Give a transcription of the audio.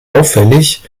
auffällig